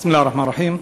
בסם אללה א-רחמאן א-רחים.